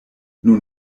nun